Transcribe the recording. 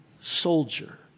soldier